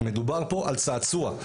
מדובר פה על צעצוע.